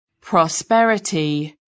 Prosperity